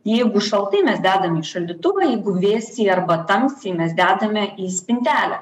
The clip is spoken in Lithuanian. jeigu šaltai mes dedam į šaldytuvą jeigu vėsiai arba tamsiai mes dedame į spintelę